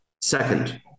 Second